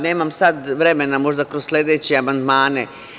Nemam sada vremena, možda kroz sledeći amandman.